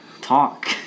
talk